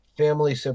family